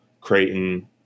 Creighton